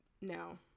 no